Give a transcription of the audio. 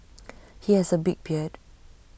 he has A big beard